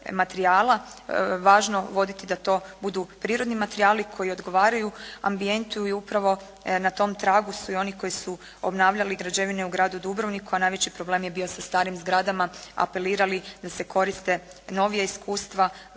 materijala važno voditi da to budu prirodni materijali koji odgovaraju ambijentu i upravo na tom tragu su i oni koji su obnavljali građevine u gradu Dubrovniku, a najveći problem je bio sa starim zgradama, apelirali da se koriste novija iskustva